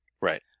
Right